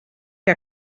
que